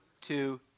two